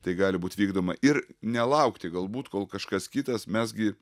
tai gali būt vykdoma ir nelaukti galbūt kol kažkas kitas mes gi